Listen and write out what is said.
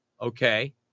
okay